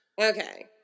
okay